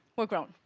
we're grown.